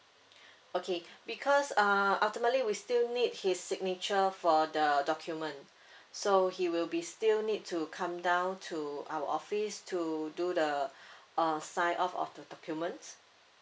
okay because uh ultimately we still need his signature for the document so he will be still need to come down to our office to do the uh sign off of the documents